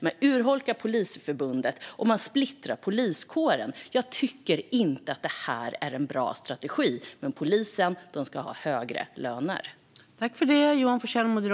Man urholkar Polisförbundet, och man splittrar poliskåren. Jag tycker inte att det är en bra strategi. Men polisen ska ha högre löner.